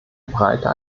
breite